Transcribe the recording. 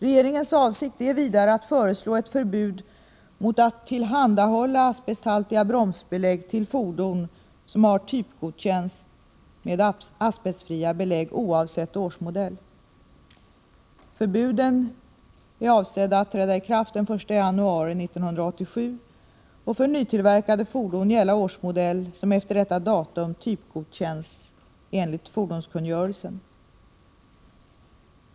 Regeringens avsikt är vidare att föreslå ett förbud mot att tillhandahålla asbesthaltiga bromsbelägg till fordon som har typgodkänts med asbestfria belägg oavsett årsmodell. Förbuden är avsedda att träda i kraft den 1 januari 1987 och att för nytillverkade fordon gälla årsmodell som efter detta datum typgodkänts enligt fordonskungörelsen.